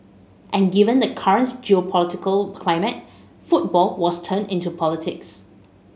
and given the current geopolitical climate football was turned into politics